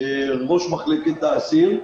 ראש מחלקת האסיר.